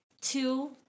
two